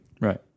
Right